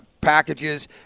packages